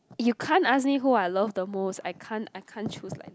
you can't ask me who I love the most I can't I can't choose like that